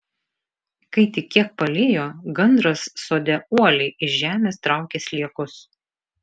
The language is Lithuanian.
kai tik kiek palijo gandras sode uoliai iš žemės traukė sliekus